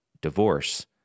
divorce